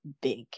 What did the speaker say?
big